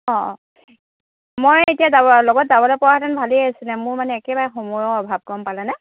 অঁ অঁ মই এতিয়া যাব লগত এতিয়া যাবলৈ পৰাহেতেন ভালেই আছিলে মোৰ মানে একেবাৰে সময়ৰ অভাৱ গ'ম পালেনে